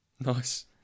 Nice